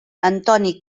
antoni